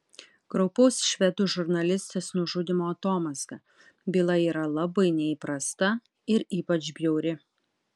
kraupaus švedų žurnalistės nužudymo atomazga byla yra labai neįprasta ir ypač bjauri